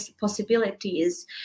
possibilities